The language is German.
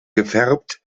gefärbt